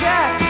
Jack